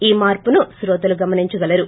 ఈ మార్సును క్రోతలు గమనించగలరు